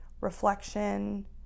reflection